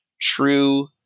true